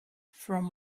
from